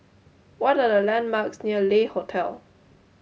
what are the landmarks near Le Hotel